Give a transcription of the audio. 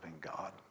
God